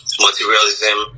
materialism